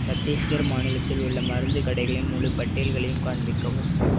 சத்தீஸ்கர் மாநிலத்தில் உள்ள மருந்து கடைகளின் முழுப் பட்டியல்களையும் காண்பிக்கவும்